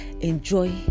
enjoy